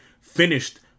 finished